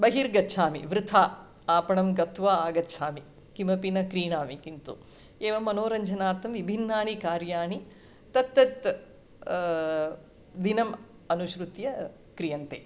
बहिर्गच्छामि वृथा आपणं गत्वा आगच्छामि किमपि न क्रीणामि किन्तु एवं मनोरञ्जनार्थं विभिन्नानि कार्याणि तत्तत् दिनम् अनुसृत्य क्रियन्ते